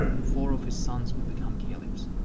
four of his sons would become caliphs.